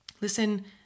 listen